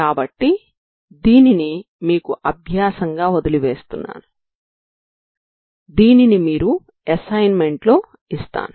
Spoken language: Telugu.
కాబట్టి దీనిని మీకు అభ్యాసంగా వదిలి వేస్తున్నాను దీనిని మీకు అసైన్మెంట్ లో ఇస్తాను